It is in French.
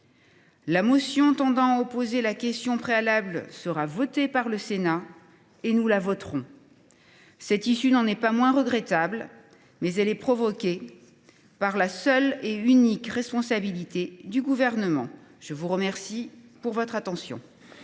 La motion tendant à opposer la question préalable sera votée par le Sénat, et nous la voterons. Cette issue n’en est pas moins regrettable, mais elle relève de la seule et unique responsabilité du Gouvernement. La parole est à Mme Christine